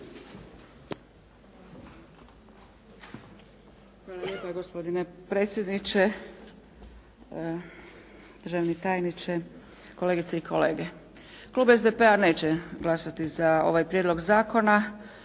Hvala lijepa. Gospodine predsjedniče, državni tajniče, kolegice i kolege. Klub SDP-a neće glasati za ovaj prijedlog zakona